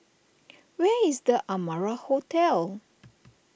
where is the Amara Hotel